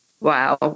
wow